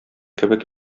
кебек